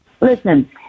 Listen